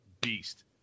beast